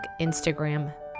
Instagram